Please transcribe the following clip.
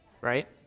right